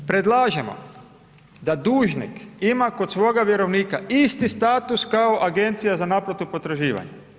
Nadalje, predlažemo da dužnik ima kod svoga vjerovnika isti status kao agencija za naplatu potraživanja.